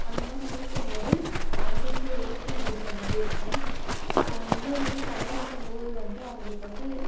அந்த மாதிரி இருக்கும் போது அவங்களுக்கு ஒரு ஊக்கம் கொடுக்குற மாதிரி இருக்கும் உணவு வந்து தயாரிக்கும்போது வந்து அவங்களுக்கு வந்து